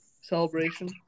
celebration